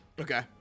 Okay